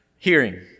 hearing